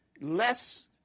less